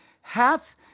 hath